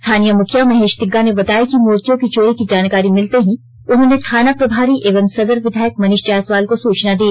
स्थानीय मुखिया महेश तिग्गा ने बताया कि मूर्तियों की चोरी की जानकारी मिलते ही उन्होंने थाना प्रभारी एवं सदर विधायक मनीष जायसवाल को सूचना दी